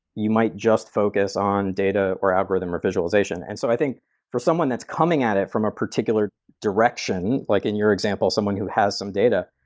you might just focus on data, or algorithm, or visualization, and so i think for someone that's coming at it from a particular direction, like in your example, someone who has some data,